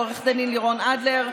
לעו"ד לירון אדלר,